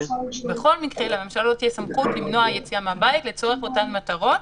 בכל מקרה לממשלה לא תהיה סמכות למנוע יציאה מהבית לצורך אותן מטרות,